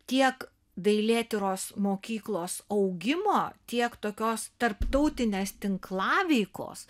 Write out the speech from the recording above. tiek dailėtyros mokyklos augimo tiek tokios tarptautinės tinklaveikos